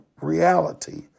reality